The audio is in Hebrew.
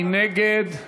מי נגד?